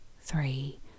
three